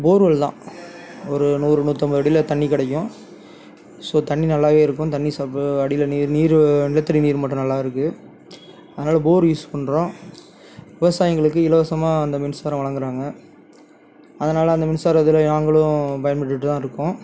borewell தான் ஒரு நூறு நூற்றைம்பது அடியில் தண்ணி கிடைக்கும் ஸோ தண்ணி நல்லாவே இருக்கும் தண்ணி அடியில் நீர் நீர் நிலத்தடி நீர்மட்டம் நல்லாயிருக்கு அதனால போர் யூஸ் பண்ணுறோம் விவசாயிகளுக்கு இலவசமாக அந்த மின்சாரம் வழங்குகிறாங்க அதனால் அந்த மின்சாரத்தில் நாங்களும் பயன்பெற்றுட்டு தான் இருக்கோம்